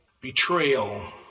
Betrayal